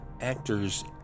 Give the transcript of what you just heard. actors